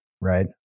right